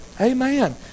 Amen